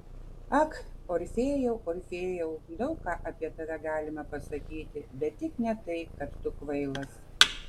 ak orfėjau orfėjau daug ką apie tave galima pasakyti bet tik ne tai kad tu kvailas